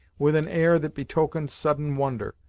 with an air that betokened sudden wonder,